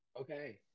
Okay